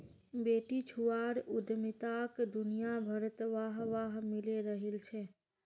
बेटीछुआर उद्यमिताक दुनियाभरत वाह वाह मिले रहिल छे